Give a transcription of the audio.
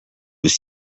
was